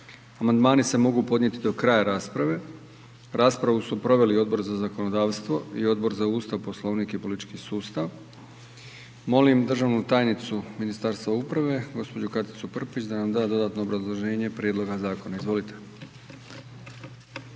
Amandmani se mogu podnositi do kraja rasprave. Raspravu su proveli Odbor za zakonodavstvo i Odbor za Ustav, Poslovnik i politički sustav. Molim državnu tajnicu Ministarstva uprave gđu. Katicu Prpić da nam da dodatno obrazloženje prijedloga zakona. Izvolite.